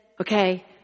Okay